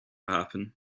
happen